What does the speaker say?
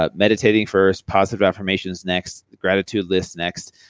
ah meditating first, positive affirmations next, gratitude list next,